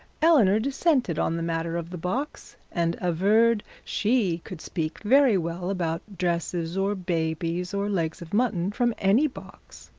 eleanor dissented on the matter of the box and averred she could speak very well about dresses, or babies, or legs of mutton from any box,